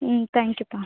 ம் தேங்க்யூப்பா